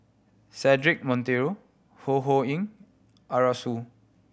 Cedric Monteiro Ho Ho Ying Arasu